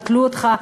יתלו אותך,